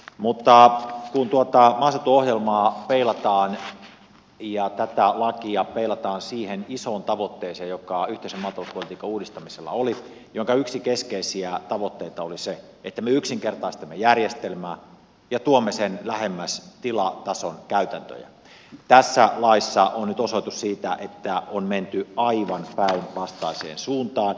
mutta kun tuota maaseutuohjelmaa ja tätä lakia peilataan siihen isoon tavoitteeseen joka yhteisen maatalouspolitiikan uudistamisella oli jonka yksi keskeisiä tavoitteita oli se että me yksinkertaistamme järjestelmää ja tuomme sen lähemmäs tilatason käytäntöjä niin tässä laissa on nyt osoitus siitä että on menty aivan päinvastaiseen suuntaan